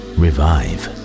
revive